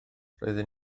roedden